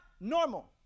normal